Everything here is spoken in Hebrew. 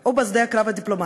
או בשדה הקרב הדיפלומטי?